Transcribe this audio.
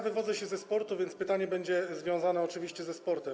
Wywodzę się ze sportu, więc pytanie będzie związane oczywiście ze sportem.